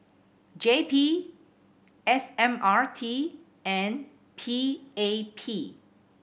J P S M R T and P A P